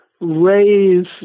raise